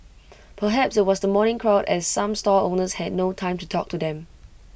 perhaps IT was the morning crowd as some stall owners had no time to talk to them